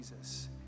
Jesus